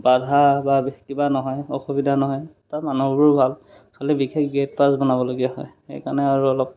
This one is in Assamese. বাধা বা বিশেষ কিবা নহয় অসুবিধা নহয় তাৰ মানুহবোৰো ভাল খালী বিশেষ গেট পাছ বনাবলগীয়া হয় সেইকাৰণে আৰু অলপ